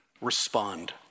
respond